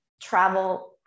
travel